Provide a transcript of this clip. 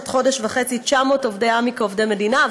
עד חודש וחצי 900 עובדי עמ"י כעובדי מדינה,